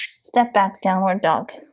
step back downward dog